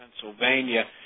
Pennsylvania